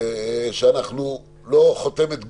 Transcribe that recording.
שאנחנו לא חותמת גומי,